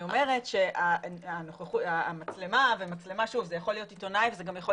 אני אומרת שהמצלמה ומצלמה זה יכול להיות עיתונאי וזה גם יכול